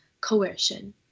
coercion